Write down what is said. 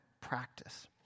practice